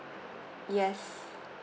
yes